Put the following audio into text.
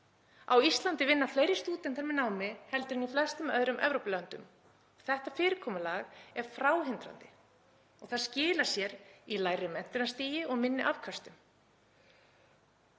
Á Íslandi vinna fleiri stúdentar með námi en í flestum öðrum Evrópulöndum. Þetta fyrirkomulag er fráhrindandi og skilar sér í lægra menntunarstigi og minni afköstum.